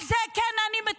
על זה אני כן מתחרטת.